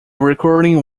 recording